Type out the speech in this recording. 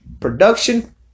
Production